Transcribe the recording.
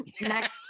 Next